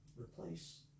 replace